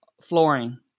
flooring